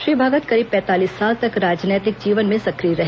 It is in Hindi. श्री भगत करीब पैंतालीस साल तक राजनैतिक जीवन में सक्रिय रहे